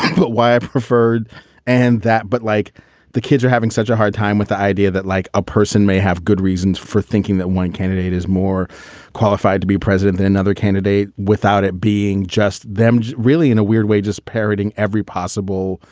but why i preferred and that. but like the kids are having such a hard time with the idea that, like a person may have good reasons for thinking that one candidate is more qualified to be president than another candidate without it being just them, really in a weird way, just parroting every possible